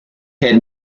had